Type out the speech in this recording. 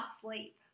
sleep